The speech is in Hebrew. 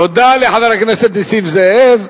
תודה לחבר הכנסת נסים זאב.